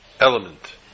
element